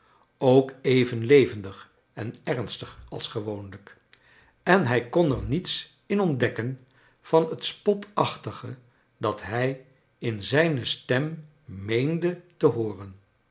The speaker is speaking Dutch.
ook even levendig en ernstig als gewoonlijk en hij kon er niets in ontdekken van het spotachtige dat hij in zijne stem meende te hooren